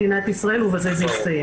להמשיך?